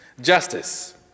justice